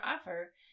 offer